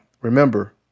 remember